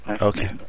Okay